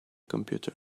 computer